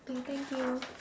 okay thank you